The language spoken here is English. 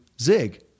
Zig